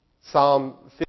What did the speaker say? Psalm